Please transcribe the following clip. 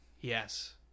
Yes